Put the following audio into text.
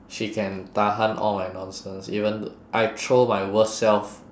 she can tahan all my nonsense even I throw my worst self